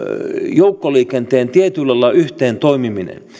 joukkoliikenteen tietyllä lailla yhteen toimiminen